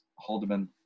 Haldeman